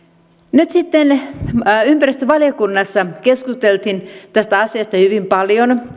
ympäristövaliokunnassa keskusteltiin tästä asiasta hyvin paljon